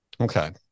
Okay